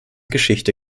geschichte